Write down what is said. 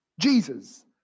Jesus